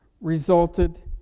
resulted